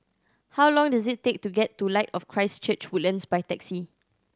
how long does it take to get to Light of Christ Church Woodlands by taxi